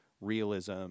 realism